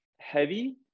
heavy